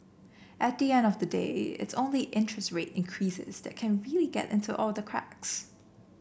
at the end of the day it's only interest rate increases that can really get into all the cracks